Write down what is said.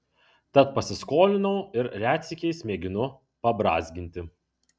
tad pasiskolinau ir retsykiais mėginu pabrązginti